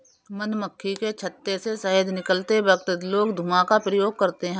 मधुमक्खी के छत्ते से शहद निकलते वक्त लोग धुआं का प्रयोग करते हैं